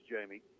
Jamie